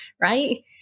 right